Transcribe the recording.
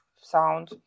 sound